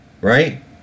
Right